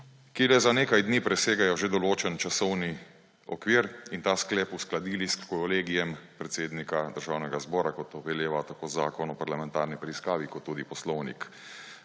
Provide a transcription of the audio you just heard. le za nekaj dni presegajo že določen časovni okvir, in ta sklep uskladili s Kolegijem predsednika Državnega zbora, kot to veleva tako Zakon o parlamentarni preiskavi kot tudi Poslovnik